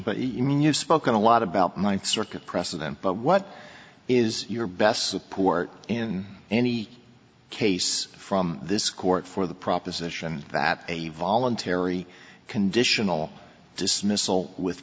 but you mean you've spoken a lot about ninth circuit precedent but what is your best support in any case from this court for the proposition that a voluntary conditional dismissal with